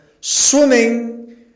swimming